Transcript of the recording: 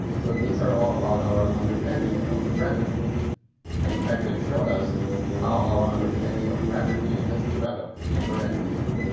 so these are all about our understanding of the gravity and in fact they showed us how our understanding of gravity has developed deeper and deeper.